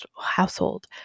household